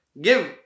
Give